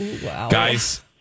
Guys